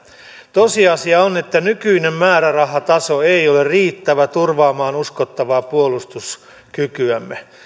tosiasia on että nykyinen määrärahataso ei ole riittävä turvaamaan uskottavaa puolustuskykyämme